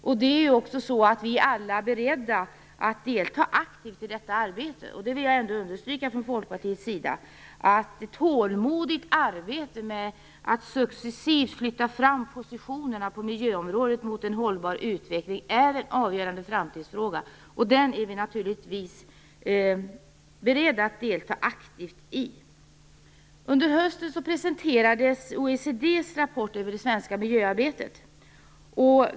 Vi är också alla beredda att delta aktivt i miljöarbetet. Från Folkpartiets sida vill jag understryka att ett tålmodigt arbete med att successivt flytta fram positionerna på miljöområdet mot en hållbar utveckling är avgörande. Det är vi naturligtvis beredda att delta aktivt i. Under hösten presenterades OECD:s rapport om det svenska miljöarbetet.